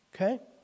Okay